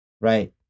Right